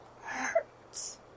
hurts